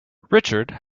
richard